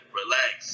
relax